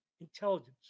intelligence